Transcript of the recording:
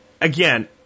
again